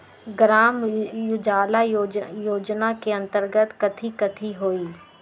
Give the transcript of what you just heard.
ग्राम उजाला योजना के अंतर्गत कथी कथी होई?